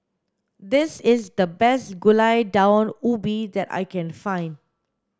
this is the best gulai daun ubi that I can find